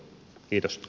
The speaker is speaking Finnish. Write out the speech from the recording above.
kiitos